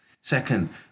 Second